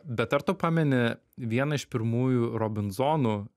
bet ar tu pameni vieną iš pirmųjų robinzonų